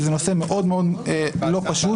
זה נושא מאוד מאוד לא פשוט.